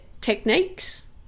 techniques